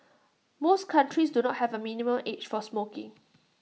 most countries do not have A minimum age for smoking